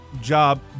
job